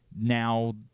now